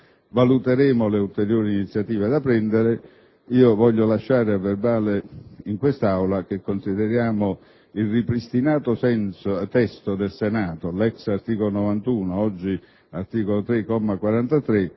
pertanto, le ulteriori iniziative da assumere. Vorrei restasse a verbale in quest'Aula che consideriamo il ripristinato testo del Senato - l'ex articolo 91 ed oggi articolo 3,